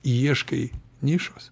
ieškai nišos